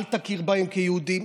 אל תכיר בהם כיהודים,